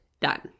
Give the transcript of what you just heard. done